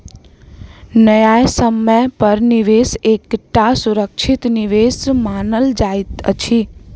न्यायसम्य पर निवेश एकटा सुरक्षित निवेश मानल जाइत अछि